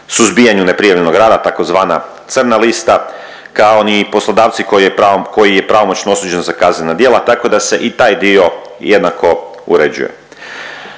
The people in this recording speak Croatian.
suzbijanju neprijavljenog rada tzv. crna lista kao ni poslodavci koji je pravomoćno osuđen za kaznena djela. Tako da se i taj dio jednako uređuje.